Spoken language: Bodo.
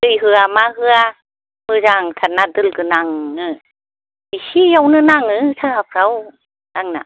दै होआ मा होआ मोजांथारना दोल गोनांनो एसेयावनो नाङो साहाफ्राव आंना